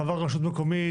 חווה רשות מקומית,